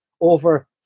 over